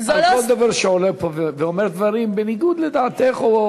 על דברי כל דובר שעולה פה ואומר דברים בניגוד לדעתך.